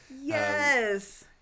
Yes